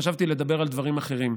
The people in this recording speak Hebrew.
חשבתי לדבר על דברים אחרים,